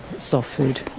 soft food,